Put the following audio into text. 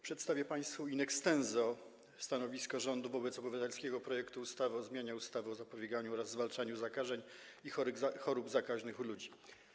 Przedstawię państwu in extenso stanowisko rządu wobec obywatelskiego projektu ustawy o zmianie ustawy o zapobieganiu oraz zwalczaniu zakażeń i chorób zakaźnych u ludzi.